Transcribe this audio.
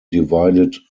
divided